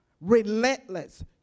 relentless